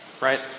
Right